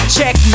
Check